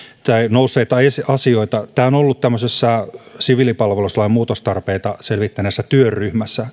nousseita asioita tämä siviilipalveluslaki on ollut tämmöisessä siviilipalveluslain muutostarpeita selvittäneessä työryhmässä